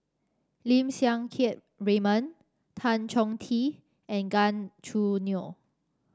Lim Siang Keat Raymond Tan Chong Tee and Gan Choo Neo